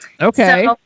Okay